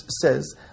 says